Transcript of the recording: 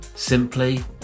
Simply